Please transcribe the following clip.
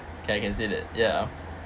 can I can say that ya